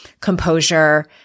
composure